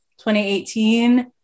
2018